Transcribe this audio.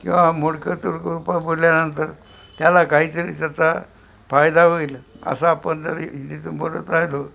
किंवा मोडकं तोडकं पा बोलल्यानंतर त्याला काहीतरी त्याचा फायदा होईल असं आपण जरी राहिलो